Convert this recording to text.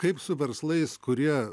kaip su verslais kurie